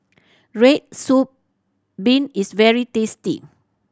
red soup bean is very tasty